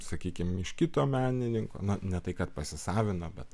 sakykim iš kito menininko ne tai kad pasisavino bet